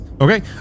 Okay